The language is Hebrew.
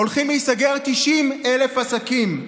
הולכים להיסגר 90,000 עסקים.